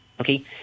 Okay